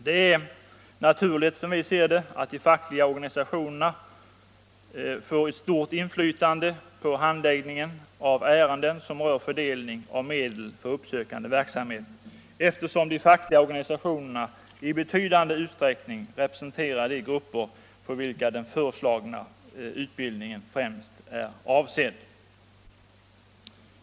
Det är naturligt, som vi ser det, att de fackliga organisationerna får ett stort inflytande på handläggningen av ärenden som rör fördelning av medel för uppsökande verksamhet, eftersom de fackliga organisationerna i betydande utsträckning representerar de grupper för vilka den föreslagna utbildningen främst är avsedd.